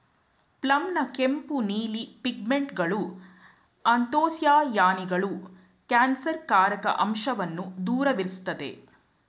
ಪ್ಲಮ್ನ ಕೆಂಪು ನೀಲಿ ಪಿಗ್ಮೆಂಟ್ಗಳು ಆ್ಯಂಥೊಸಿಯಾನಿನ್ಗಳು ಕ್ಯಾನ್ಸರ್ಕಾರಕ ಅಂಶವನ್ನ ದೂರವಿರ್ಸ್ತದೆ